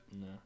no